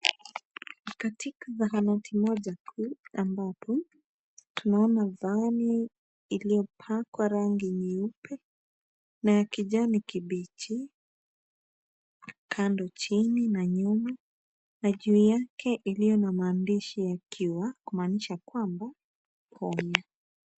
Katika zahanati moja kuu ambapo tunaona vani iliyopakwa rangi nyeupe na ya kijani kibichi kando, chini na nyuma na juu yake iliyo na maandishi makiwa kumaanisha kwamba pole.